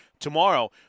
tomorrow